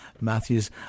Matthews